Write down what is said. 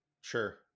Sure